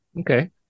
Okay